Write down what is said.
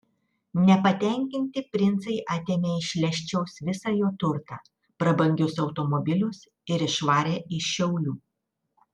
nepatenkinti princai atėmė iš leščiaus visą jo turtą prabangius automobilius ir išvarė iš šiaulių